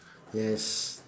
yes